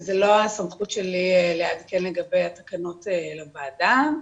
זה לא הסמכות שלי לעדכן לגבי התקנות לוועדה,